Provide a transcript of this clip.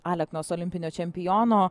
aleknos olimpinio čempiono